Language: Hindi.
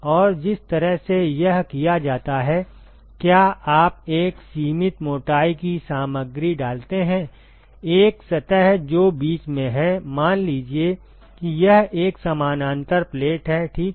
और जिस तरह से यह किया जाता है क्या आप एक सीमित मोटाई की सामग्री डालते हैं एक सतह जो बीच में है मान लीजिए कि यह एक समानांतर प्लेट है ठीक है